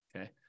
Okay